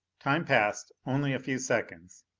time passed only a few seconds.